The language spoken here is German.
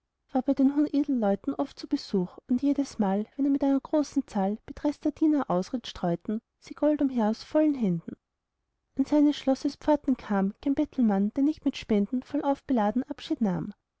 den hohen edelleuten oft zu besuch und jedesmal wenn er mit einer großen zahl betreßter diener ausritt streuten sie gold umher aus vollen händen an seines schlosses pforten kam kein bettelmann der nicht mit spenden vollauf beladen abschied nahm